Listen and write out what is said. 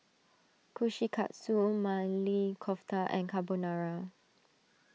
Kushikatsu Maili Kofta and Carbonara